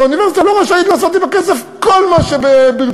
שהאוניברסיטה לא רשאית לעשות עם הכסף כל מה שברצונה.